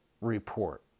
report